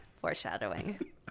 Foreshadowing